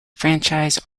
franchise